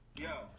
Yo